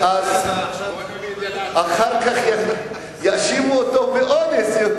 אחר כך יאשימו אותו באונס.